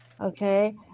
Okay